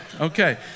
Okay